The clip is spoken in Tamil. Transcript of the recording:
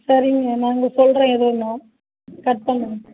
சரிங்க நாங்கள் சொல்கிறோம் எதுன்னு கட் பண்ணுங்கள்